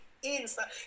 inside